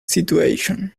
situation